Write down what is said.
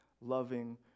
loving